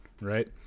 right